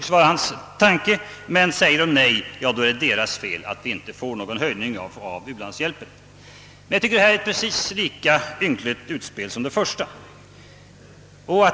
Säger de nej, är det deras fel att vi inte får någon höjning av u-landshjälpen.» Jag tycker att detta är ett precis lika ynkligt utspel som det första.